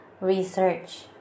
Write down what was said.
research